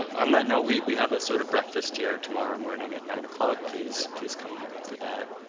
on that note, we have a sort of breakfast here tomorrow morning at nine o'clock. please please come for that,